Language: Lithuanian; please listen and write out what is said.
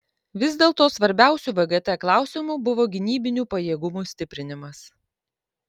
vis dėlto svarbiausiu vgt klausimu buvo gynybinių pajėgumų stiprinimas